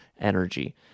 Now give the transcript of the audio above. energy